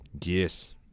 Yes